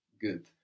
Good